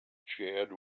chad